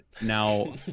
now